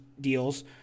deals